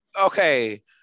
Okay